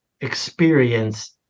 experience